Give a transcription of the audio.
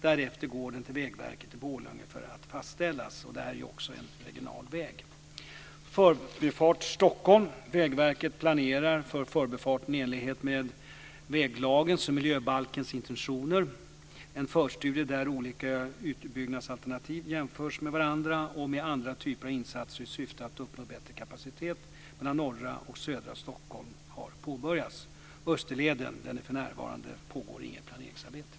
Därefter går den till Vägverket i Borlänge för att fastställas. Detta är också en regional väg. En förstudie där olika utbyggnadsalternativ jämförs med varandra och med andra typer av insatser i syfte att uppnå bättre kapacitet mellan norra och södra Stockholm har påbörjats. När det gäller Österleden pågår för närvarande inte något planeringsarbete.